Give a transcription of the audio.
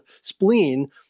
spleen